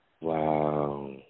Wow